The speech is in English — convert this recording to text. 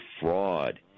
fraud